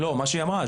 מה שהיא אמרה,